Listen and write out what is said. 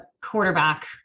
quarterback